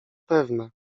pewne